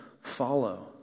follow